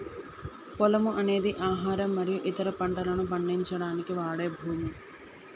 పొలము అనేది ఆహారం మరియు ఇతర పంటలను పండించడానికి వాడే భూమి